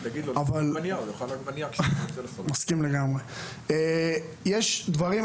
אבל יש דברים,